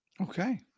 Okay